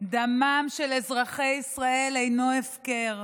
דמם של אזרחי ישראל אינו הפקר.